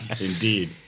indeed